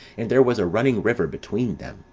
and there was a running river between them.